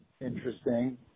interesting